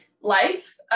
life